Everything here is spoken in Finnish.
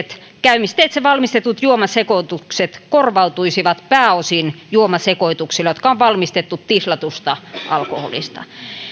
käymisteitse valmistetut juomasekoitukset korvautuisivat pääosin juomasekoituksilla jotka on valmistettu tislatusta alkoholista